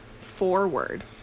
forward